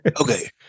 Okay